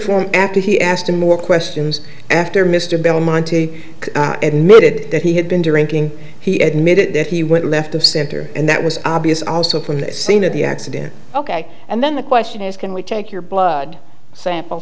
form after he asked him more questions after mr belmonte admitted that he had been drinking he admitted that he went left of center and that was obvious also from the scene of the accident ok and then the question is can we take your blood sample